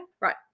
Right